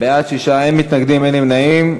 בעד, 6, אין מתנגדים, אין נמנעים.